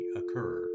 occur